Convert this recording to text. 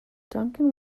duncan